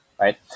right